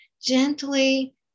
gently